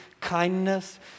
kindness